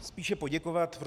Spíše poděkovat.